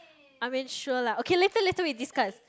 I mean sure like okay later later we discuss